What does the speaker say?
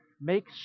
make